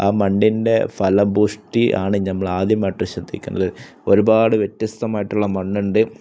ആ മണ്ണിൻ്റെ ഫലഭൂഷ്ടി ആണ് നമ്മൾ ആദ്യമായിട്ട് ശ്രദ്ധിക്കേണ്ടത് ഒരുപാട് വ്യത്യസ്തമായിട്ടുള്ള മണ്ണ് ഉണ്ട്